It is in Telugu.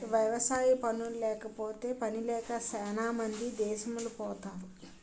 వ్యవసాయ పనుల్లేకపోతే పనిలేక సేనా మంది దేసమెలిపోతరు